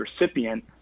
recipient